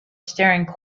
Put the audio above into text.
staring